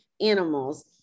animals